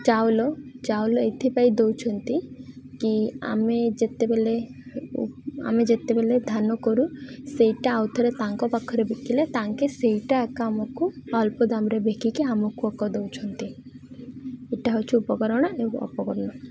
ଚାଉଳ ଚାଉଳ ଏଥିପାଇଁ ଦେଉଛନ୍ତି କି ଆମେ ଯେତେବେଳେ ଆମେ ଯେତେବେଳେ ଧାନ କରୁ ସେଇଟା ଆଉ ଥରେ ତାଙ୍କ ପାଖରେ ବିକିଲେ ତାଙ୍କେ ସେଇଟା ଆ ଆମକୁ ଅଳ୍ପ ଦାମ୍ରେ ବିକିକି ଆମକୁ ଆ ଦେଉଛନ୍ତି ଏଇଟା ହେଉଛିି ଉପକରଣ ଏବଂ ଅପକରଣ